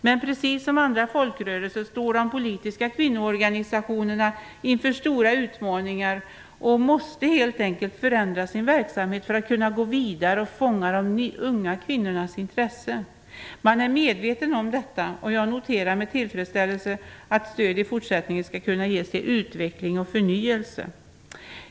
Men precis som andra folkrörelser står de politiska kvinnoorganisationerna inför stora utmaningar och måste helt enkelt förändra sin verksamhet för att kunna gå vidare och fånga de unga kvinnornas intresse. Man är medveten om detta. Jag noterar med tillfredsställelse att stöd i fortsättningen skall kunna ges till utveckling och förnyelse.